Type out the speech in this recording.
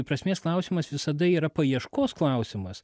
prasmės klausimas visada yra paieškos klausimas